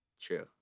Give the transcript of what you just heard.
True